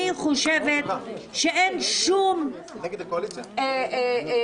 אני חושבת שאין שום בואו,